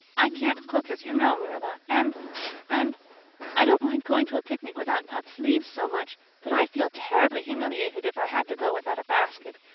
i can't cook, as you know, marilla, and and i don't mind going to a picnic without puffed sleeves so much, but i'd feel terribly humiliated if i had to go without a basket.